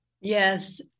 Yes